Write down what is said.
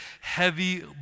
heavy